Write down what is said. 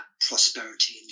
prosperity